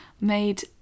made